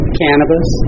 cannabis